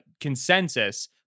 consensus